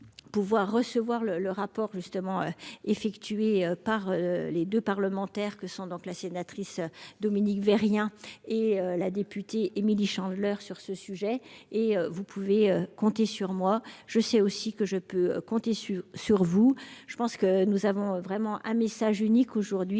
Pouvoir recevoir le le rapport justement effectué par les 2 parlementaires que sont donc la sénatrice Dominique V. rien et la députée Émilie Chandler sur ce sujet et vous pouvez compter sur moi je sais aussi que je peux compter sur sur vous. Je pense que nous avons vraiment un message unique aujourd'hui